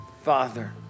Father